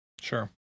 Sure